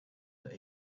that